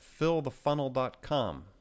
fillthefunnel.com